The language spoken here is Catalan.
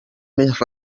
més